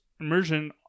immersion